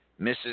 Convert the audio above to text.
Mrs